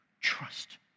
trust